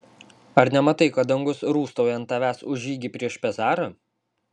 ar nematai kad dangus rūstauja ant tavęs už žygį prieš pezarą